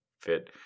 fit